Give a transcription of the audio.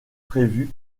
prévue